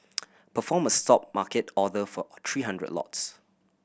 perform a Stop market order for three hundred lots